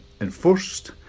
enforced